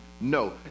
No